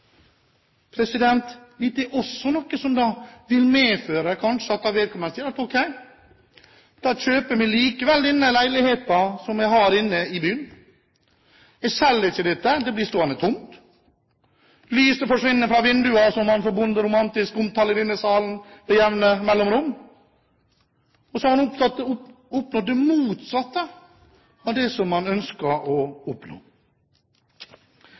er også noe som vil medføre at vedkommende kanskje sier at ok, da kjøper vi likevel denne leiligheten inne i byen, vi selger ikke dette, det blir stående tomt, lysene forsvinner fra vinduene – slik man med jevne mellomrom i denne salen så bonderomantisk omtaler det – og så har man oppnådd det motsatte av det som man ønsket å